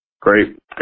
Great